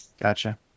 Gotcha